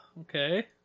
Okay